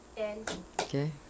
Okay